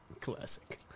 Classic